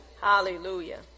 Hallelujah